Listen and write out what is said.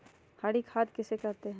हरी खाद किसे कहते हैं?